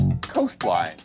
Coastline